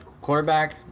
Quarterback